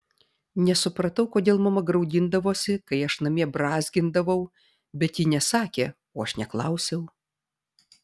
nesupratau kodėl mama graudindavosi kai aš namie brązgindavau bet ji nesakė o aš neklausiau